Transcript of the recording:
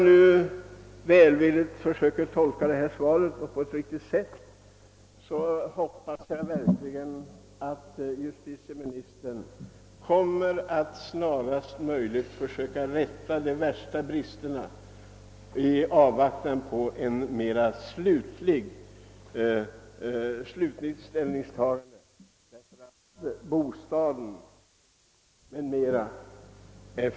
Om jag försöker bedöma svaret välvilligt kan jag våga hysa förhoppningen att justitieministern snarast möjligt skall försöka avlägsna de värsta bristerna i avvaktan på ett mera slutgiltigt ställningstagande.